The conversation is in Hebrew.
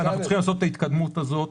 אנחנו צריכים לעשות את ההתקדמות הזאת,